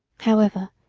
however,